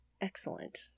Excellent